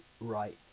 right